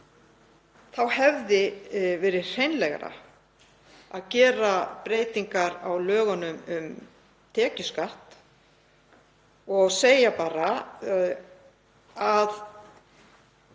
þá hefði verið hreinlegra að gera breytingar á lögum um tekjuskatt og segja að